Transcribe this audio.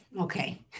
Okay